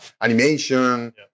animation